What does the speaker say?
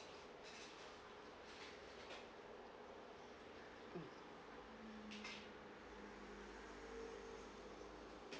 mm